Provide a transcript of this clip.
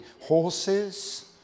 horses